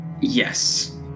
Yes